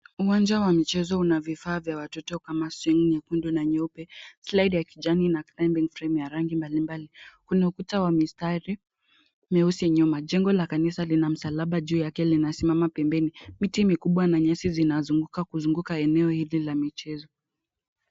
Uwanja wa michezo una vifaa vya watoto kama swing nyekundu na nyeupe, slide ya kijani na climbing stream ya rangi mbalimbali. Kuna ukuta wa mistari meusi nyuma, jengo la kanisa lina msalaba juu yake linasimama pembeni. Miti mikubwa na nyasi zinazunguka kuzunguka eneo hili la michezo.